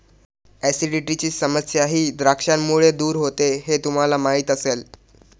ऍसिडिटीची समस्याही द्राक्षांमुळे दूर होते हे तुम्हाला माहिती असेल